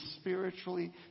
spiritually